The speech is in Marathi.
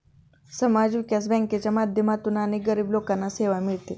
समाज विकास बँकांच्या माध्यमातून अनेक गरीब लोकांना सेवा मिळते